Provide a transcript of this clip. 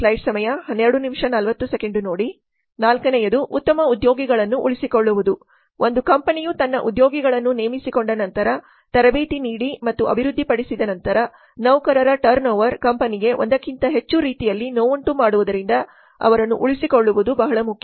ನಾಲ್ಕನೆಯದು ಉತ್ತಮ ಉದ್ಯೋಗಿಗಳನ್ನು ಉಳಿಸಿಕೊಳ್ಳುವುದು ಒಂದು ಕಂಪನಿಯು ತನ್ನ ಉದ್ಯೋಗಿಗಳನ್ನು ನೇಮಿಸಿಕೊಂಡ ನಂತರ ತರಬೇತಿ ನೀಡಿ ಮತ್ತು ಅಭಿವೃದ್ಧಿಪಡಿಸಿದ ನಂತರ ನೌಕರರ ಟರ್ನ್ ಓವರ್ ಕಂಪನಿಗೆ ಒಂದಕ್ಕಿಂತ ಹೆಚ್ಚು ರೀತಿಯಲ್ಲಿ ನೋವುಂಟು ಮಾಡುವುದರಿಂದ ಅವರನ್ನು ಉಳಿಸಿಕೊಳ್ಳುವುದು ಬಹಳ ಮುಖ್ಯ